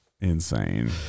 Insane